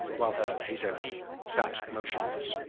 while her vis-a-vis sat motionless,